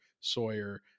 Sawyer